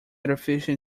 artificial